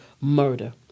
murder